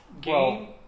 game